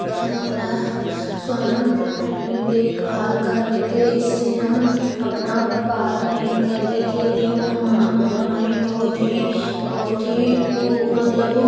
हम अपना स्वयं अपनी देखभाल करते थे इससे हम अपना बाहर नहीं निकलते थे यह महामा महामारी बहुत ही बहुत ही वह मतलब